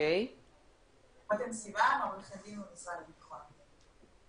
אני רותם סיוון, עורכת דין במשרד לביטחון הפנים.